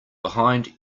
behind